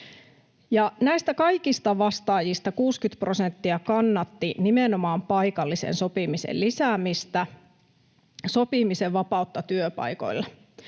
Näistä kaikista vastaajista 60 prosenttia kannatti nimenomaan paikallisen sopimisen lisäämistä, sopimisen vapautta työpaikoilla.